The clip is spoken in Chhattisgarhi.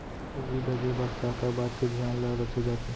पूंजी भेजे बर का का बात के धियान ल रखे जाथे?